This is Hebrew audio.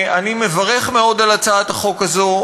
אני מברך מאוד על הצעת החוק הזאת,